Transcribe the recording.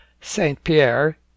Saint-Pierre